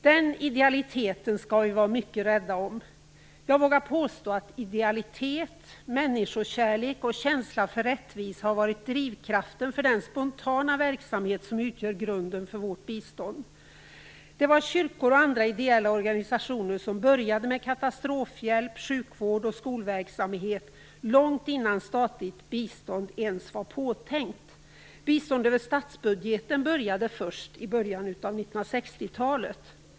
Den idealiteten skall vi vara mycket rädda om. Jag vågar påstå att idealitet, människokärlek och känsla för rättvisa har varit drivkraften för den spontana verksamhet som utgör grunden för vårt bistånd. Kyrkor och andra ideella organisationer började med katastrofhjälp, sjukvård och skolverksamhet långt innan statligt bistånd ens var påtänkt. Bistånd över statsbudgeten infördes först i början av 1960 talet.